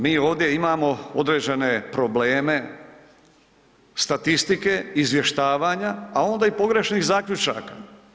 Znači, mi ovdje imamo određene probleme statistike izvještavanja, a onda i pogrešnih zaključaka.